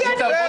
אנטי ציוני?